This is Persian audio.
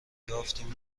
یافتیم